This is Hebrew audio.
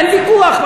אין ויכוח.